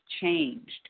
changed